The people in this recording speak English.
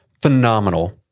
phenomenal